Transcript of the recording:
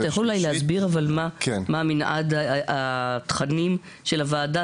אתה יכול אולי להסביר מה מנעד התכנים של הוועדה.